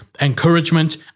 encouragement